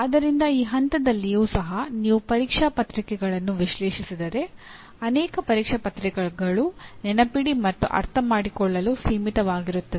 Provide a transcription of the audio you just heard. ಆದ್ದರಿಂದ ಈ ಹಂತದಲ್ಲಿಯೂ ಸಹ ನೀವು ಪರೀಕ್ಷಾ ಪತ್ರಿಕೆಗಳನ್ನು ವಿಶ್ಲೇಷಿಸಿದರೆ ಅನೇಕ ಪರೀಕ್ಷಾ ಪತ್ರಿಕೆಗಳು ನೆನಪಿಡಿ ಮತ್ತು ಅರ್ಥಮಾಡಿಕೊಳ್ಳಲು ಸೀಮಿತವಾಗಿರುತ್ತದೆ